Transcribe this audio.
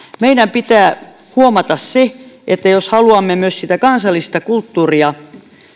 meidän pitää huomata se että jos haluamme myös sitä kansallista kulttuuria